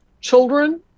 Children